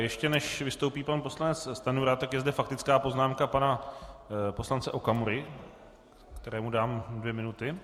Ještě než vystoupí pan poslanec Stanjura, je zde faktická poznámka pana poslance Okamury, kterému dám dvě minuty.